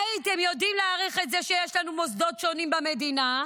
הייתם יודעים להעריך את זה שיש לנו מוסדות שונים במדינה,